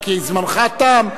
כי זמנך תם.